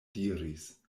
diris